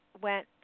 went